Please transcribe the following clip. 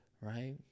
right